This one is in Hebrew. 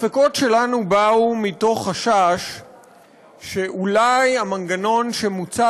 הספקות שלנו באו מתוך חשש שאולי המנגנון שמוצע